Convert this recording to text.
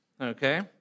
Okay